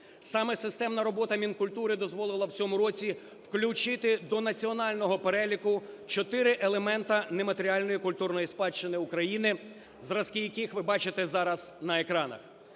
Саме системна робота Мінкультури дозволила в цьому році включити до національного переліку чотири елемента нематеріальної культурної спадщини України, зразки яких ви бачите зараз на екранах.